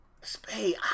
Spade